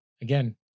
again